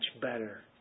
better